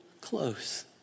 close